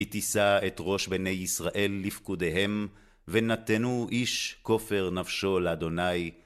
כי תישא את ראש בני ישראל לפקודיהם, ונתנו איש כופר נפשו לאדוני.